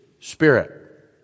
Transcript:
Spirit